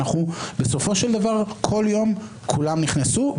בסופו של דבר כל יום כולם נכנסו,